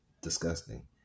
disgusting